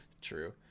True